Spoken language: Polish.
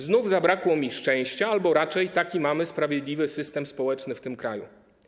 Znów zabrakło mi szczęścia albo raczej taki mamy sprawiedliwy system społeczny w tym kraju.